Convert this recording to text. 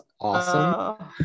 awesome